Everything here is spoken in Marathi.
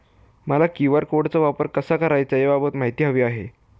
मला क्यू.आर कोडचा वापर कसा करायचा याबाबत माहिती हवी आहे